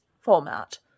format